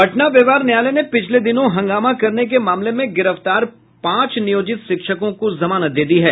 पटना व्यवहार न्यायालय ने पिछले दिनों हंगामा करने के मामले में गिरफ्तार पांच नियोजित शिक्षकों को जमानत दे दी है